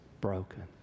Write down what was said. broken